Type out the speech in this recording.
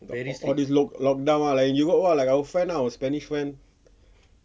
all this lock~ lockdown ah like europe ah like our friend ah our spanish friend